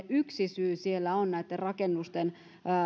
yksi syy kuntien tiukkaan taloustilanteeseen on näitten rakennusten